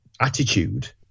attitude